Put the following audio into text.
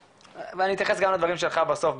אני אתייחס גם לדברים שלך בסוף,